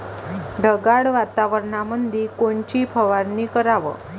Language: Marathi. ढगाळ वातावरणामंदी कोनची फवारनी कराव?